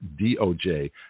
DOJ